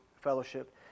fellowship